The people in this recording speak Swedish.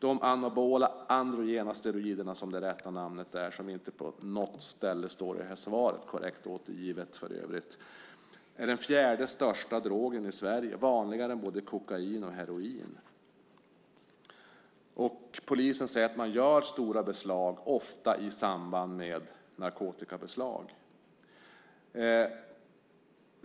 De anabola androgena steroiderna - som det rätta namnet är, vilket för övrigt inte står korrekt återgivet på något ställe i svaret - är den fjärde största drogen i Sverige. Det är vanligare än både kokain och heroin. Polisen säger att den gör stora beslag, ofta i samband med narkotikabeslag.